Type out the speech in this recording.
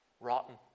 rotten